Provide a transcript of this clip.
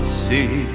see